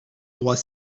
droit